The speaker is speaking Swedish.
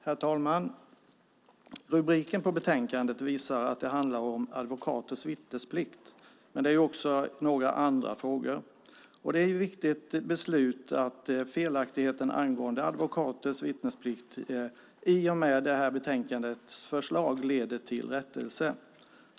Herr talman! Rubriken på betänkandet visar att det handlar om advokaters vittnesplikt, men också några andra frågor. Detta är ett viktigt beslut. Felaktigheten angående advokaters vittnesplikt leds i och med det här betänkandets förslag till rättelse.